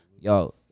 Yo